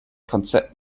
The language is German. konzept